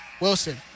Wilson